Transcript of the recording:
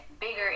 bigger